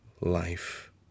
life